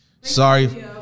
sorry